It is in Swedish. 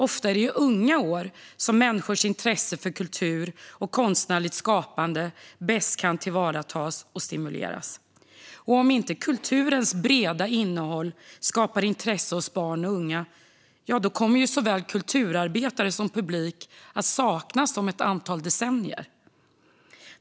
Ofta är det i unga år som människors intresse för kultur och konstnärligt skapande bäst kan tillvaratas och stimuleras. Och om inte kulturens breda innehåll skapar intresse hos barn och unga kommer såväl kulturarbetare som publik att saknas om ett antal decennier.